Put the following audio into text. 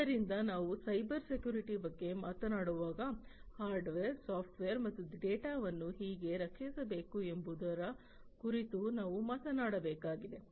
ಆದ್ದರಿಂದ ನಾವು cyber security ಬಗ್ಗೆ ಮಾತನಾಡುವಾಗ ಹಾರ್ಡ್ವೇರ್ ಸಾಫ್ಟ್ವೇರ್ ಮತ್ತು ಡೇಟಾವನ್ನು ಹೇಗೆ ರಕ್ಷಿಸಬೇಕು ಎಂಬುದರ ಕುರಿತು ನಾವು ಮಾತನಾಡಬೇಕಾಗಿದೆ